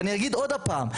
אני אגיד עוד פעם: